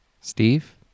Steve